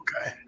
Okay